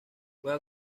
juega